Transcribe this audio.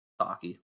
talky